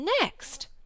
next